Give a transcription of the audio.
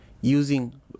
using